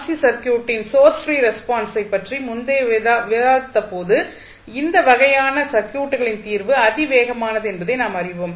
C சர்க்யூட்டின் source free ரெஸ்பான்ஸை பற்றி முந்தைய விவாதித்தபோது பொதுவாக இந்த வகையான சர்க்யூட்களின் தீர்வு அதிவேகமானது என்பதை நாம் அறிவோம்